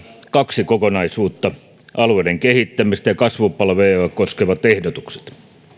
kaksi kokonaisuutta alueiden kehittämistä ja kasvupalveluja koskevat ehdotukset